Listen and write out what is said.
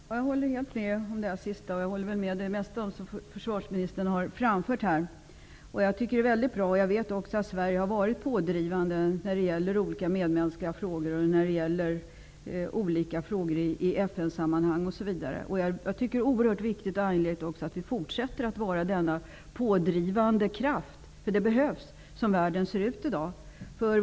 Fru talman! Jag håller helt med om det sistnämnda. Ja, jag håller nog med om det mesta som försvarsministern här har framfört. Det är väldigt bra att Sverige har varit pådrivande när det gäller olika medmänskliga frågor och när det gäller olika frågor i FN-sammanhang osv. Det är oerhört viktigt och angeläget att vi fortsätter att vara denna pådrivande kraft, för det behövs som världen i dag ser ut.